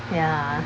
ya